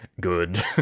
good